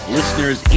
listeners